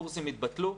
קורסים התבטלו,